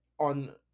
on